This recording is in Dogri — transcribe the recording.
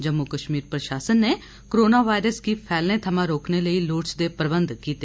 जम्मू कश्मीर प्रशासन नै कोरोना वायरस गी फैलने थमां रोकने लेई लोड़चदे प्रबंध कीते